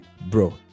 bro